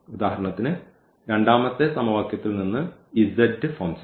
ഉദാഹരണത്തിന് രണ്ടാമത്തെ സമവാക്യത്തിൽനിന്ന് z ഫോം ചെയ്യാം